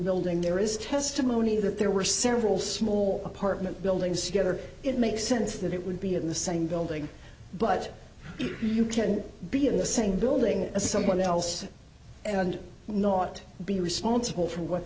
building there is testimony that there were several small apartment buildings together it makes sense that it would be in the same building but you can be in the same building as someone else and not be responsible for what